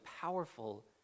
powerful